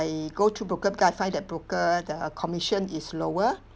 go through broker because I find that broker the commission is lower